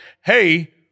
hey